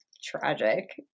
tragic